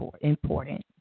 important